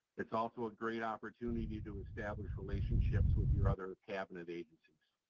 it's also a great opportunity to establish relationships with your other cabinet agencies.